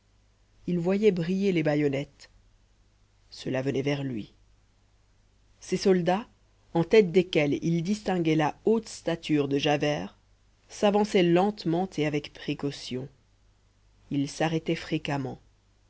il voyait briller les bayonnettes cela venait vers lui ces soldats en tête desquels il distinguait la haute stature de javert s'avançaient lentement et avec précaution ils s'arrêtaient fréquemment